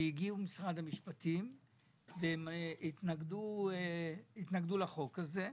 הגיעו ממשרד המשפטים והתנגדו לחוק הזה.